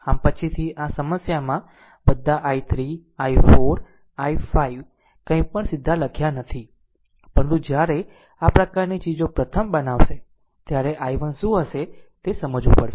આમ પછીથી સમસ્યામાં બધા i3 i4 i5 કંઈપણ સીધા લખ્યાં નથી પરંતુ જ્યારે આ પ્રકારની ચીજો પ્રથમ બનાવશે ત્યારે i1 શું હશે તે સમજવું પડશે